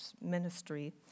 ministry